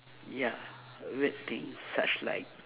ya weird thing such like